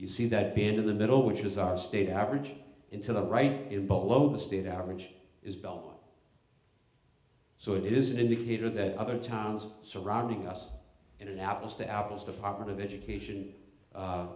you see that being in the middle which is our state average into the right in below the state average is below so it is an indicator that other towns surrounding us in an apples to apples department of education